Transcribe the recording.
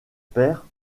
père